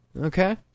Okay